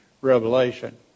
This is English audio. Revelation